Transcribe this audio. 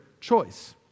choice